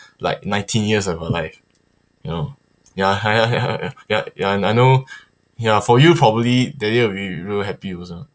like nineteen years ago like you know ya have ya ya and I know ya for you probably then you will be real happy also